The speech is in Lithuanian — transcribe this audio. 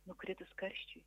nukritus karščiui